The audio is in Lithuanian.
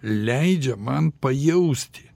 leidžia man pajausti